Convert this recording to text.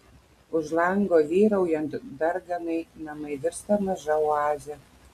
už lango vyraujant darganai namai virsta maža oaze